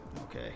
Okay